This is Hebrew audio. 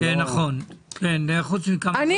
הוא